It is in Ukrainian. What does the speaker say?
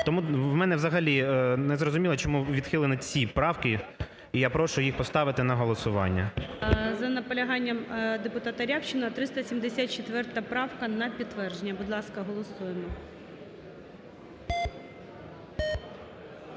Тому мені взагалі незрозуміло, чому відхилені ці правки, і я прошу їх поставити на голосування. ГОЛОВУЮЧИЙ. За наполяганням депутата Рябчина 374 правка на підтвердження. Будь ласка, голосуємо.